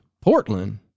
Portland